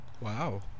Wow